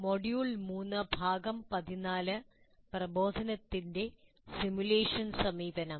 module 3 ഭാഗം 14 പ്രബോധനത്തിൻ്റെ simulation സമീപനം